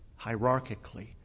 hierarchically